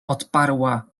odparła